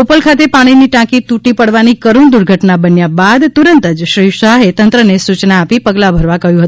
બોપલ ખાતે પાણીની ટાંકી તૂટી પડવાની કરૂણ દુર્ઘટના બન્યા બાદ તુરંત શ્રી શાહે તંત્રને સૂચના આપી પગલાં ભરવા કહ્યું હતું